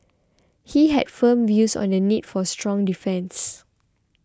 he had firm views on the need for a strong defence